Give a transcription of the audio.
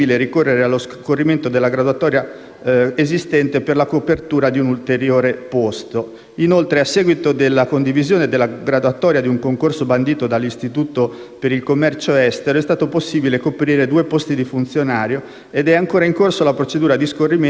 esistente per la copertura di un ulteriore posto. Inoltre, a seguito della condivisione della graduatoria di un concorso bandito dall'Istituto per il commercio estero, è stato possibile coprire due posti di funzionario ed è ancora in corso la procedura di scorrimento per la copertura di un'ulteriore posizione.